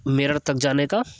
میرٹھ تک جانے کا